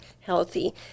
healthy